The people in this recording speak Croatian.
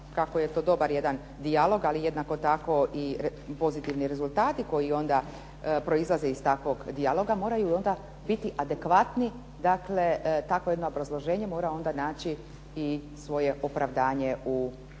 kako je dobar jedan dijalog ali jednako tako pozitivni rezultati koji proizlaze iz takvog dijaloga moraju onda biti adekvatni dakle, takvo obrazloženje mora onda naći opravdanje u prijedlogu